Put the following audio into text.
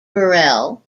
burrell